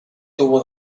tuvo